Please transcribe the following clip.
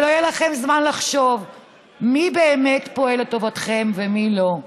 ולא יהיה לכם זמן לחשוב מי באמת פועל לטובתכם ומי לא.